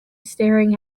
staring